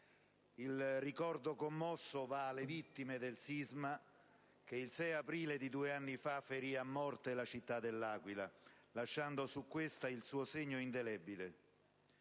Il ricordo commosso va alle vittime del sisma che il 6 aprile di due anni fa ferì a morte la città dell'Aquila, lasciando su questa il suo segno indelebile.